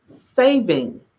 saving